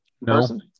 No